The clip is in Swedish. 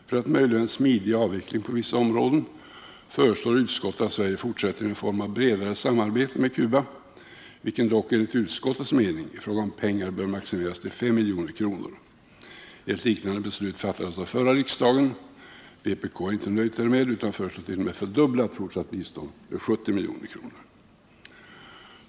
För att möjliggöra en smidig avveckling på vissa områden föreslår utskottet att Sverige fortsätter en form av bredare samarbete med Cuba, vilket dock enligt utskottets mening i fråga om pengar bör maximeras till 5 milj.kr. Ett liknande beslut fattades av förra riksdagen. Vpk är inte nöjt härmed utan föreslår t.o.m. att det tidigare utgående biståndet fördubblas till 70 milj.kr.